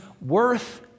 worth